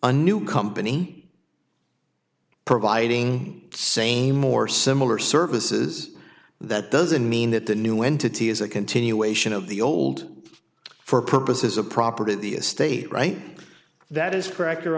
a new company providing same or similar services that doesn't mean that the new entity is a continuation of the old for purposes a property of the estate right that is correct